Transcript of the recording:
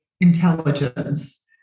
intelligence